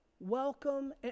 welcome